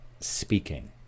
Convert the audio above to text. speaking